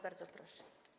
Bardzo proszę.